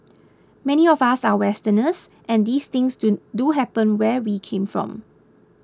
many of us are westerners and these things do do happen where we came from